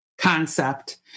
concept